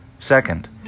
Second